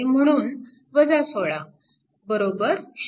म्हणून 16 बरोबर 0